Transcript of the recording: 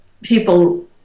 people